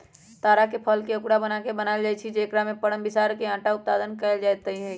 तार के फलके अकूरा बनाएल बनायल जाइ छै आ एकर परम बिसार से अटा उत्पादन कएल जाइत हइ